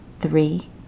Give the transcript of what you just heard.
three